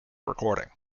recording